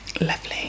lovely